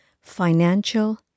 financial